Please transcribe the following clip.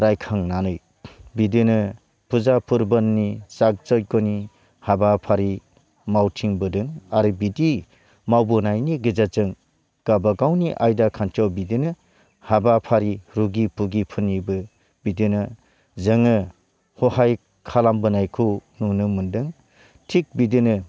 रायखांनानै बिदिनो फुजा फोरबाननि जाग जायग'नि हाबाफारि मावथिं बोदों आरो बिदि मावबोनायनि गेजेरजों गाबागावनि आयदा खान्थियाव बिदिनो हाबाफारि रुगि बुगिफोरनिबो बिदिनो जोङो हहाय खालामबोनायखौ नुनो मोनदों थिग बिदिनो